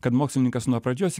kad mokslininkas nuo pradžios